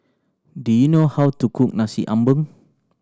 do you know how to cook Nasi Ambeng